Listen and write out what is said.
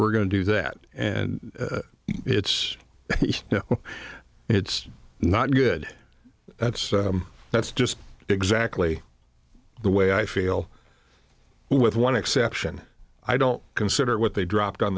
we're going to do that and it's you know it's not good that's that's just exactly the way i feel well with one exception i don't consider what they dropped on